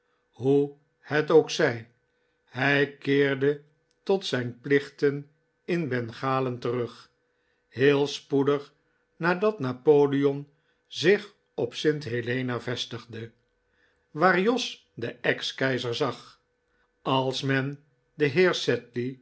hoe het ook zij hij keerde tot zijn plichten in bengalen terug heel spoedig nadat napoleon zich op st helena vestigde waar jos den ex keizer zag als men den heer